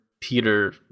Peter